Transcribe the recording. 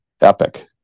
Epic